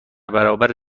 برابر